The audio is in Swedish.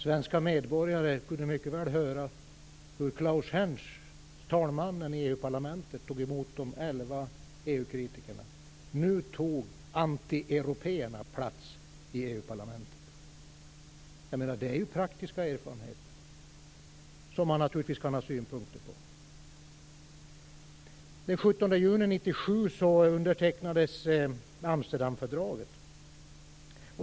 Svenska medborgare kunde mycket väl höra hur Klaus Hänsch, talmannen i EU-parlamentet, tog emot de elva EU-kritikerna. Nu tog antieuropéerna plats i EU-parlamentet, hette det. Detta är ju praktiska erfarenheter som man naturligtvis kan ha synpunkter på. Den 17 juni 1997 undertecknades Amsterdamfördraget.